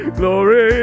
glory